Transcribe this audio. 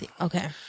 Okay